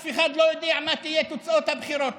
אף אחד לא יודע מה יהיו תוצאות הבחירות,